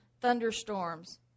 thunderstorms